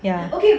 ya